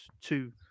two